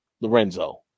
Lorenzo